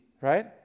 right